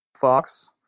Fox